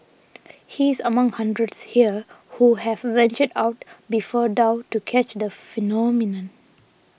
he is among hundreds here who have ventured out before dawn to catch the phenomenon